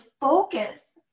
focus